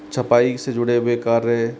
छपाई से जुड़े हुए कार्य